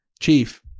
chief